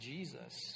Jesus